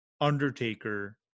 Undertaker